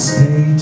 Stay